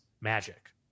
magic